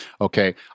Okay